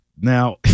Now